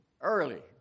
early